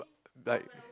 like